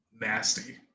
nasty